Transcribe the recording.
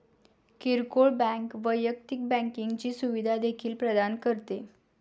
किरकोळ बँक वैयक्तिक बँकिंगची सुविधा देखील प्रदान करते